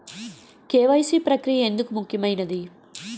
KYC ప్రక్రియ ఎందుకు ముఖ్యమైనది?